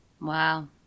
Wow